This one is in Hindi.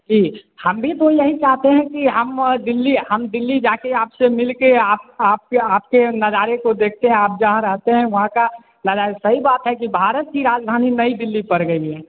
जी हम भी तो यही चाहते हैं कि हम दिल्ली हम दिल्ली जाकर आपसे मिलकर आप आपके आपके नज़ारे को देखते हैं आप जहाँ रहते है वहाँ का सही बात है कि भारत की राजधानी नई दिल्ली पड़ गई ए